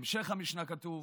בהמשך המשנה כתוב: